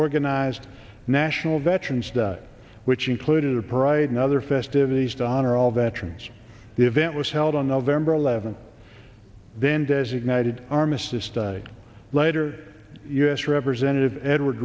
organized national veterans day which included a pariah and other festivities donar all veterans event was held on november eleventh then designated armistice day later u s representative edward